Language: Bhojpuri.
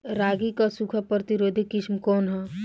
रागी क सूखा प्रतिरोधी किस्म कौन ह?